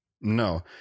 No